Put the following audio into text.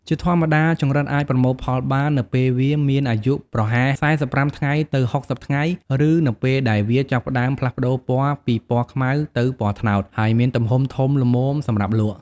ជាធម្មតា ចង្រិតអាចប្រមូលផលបាននៅពេលវាមានអាយុប្រហែល ៤៥ ថ្ងៃ ទៅ ៦០ ថ្ងៃ ឬនៅពេលដែលវាចាប់ផ្ដើមផ្លាស់ប្ដូរពណ៌ពីពណ៌ខ្មៅទៅពណ៌ត្នោត ហើយមានទំហំធំល្មមសម្រាប់លក់។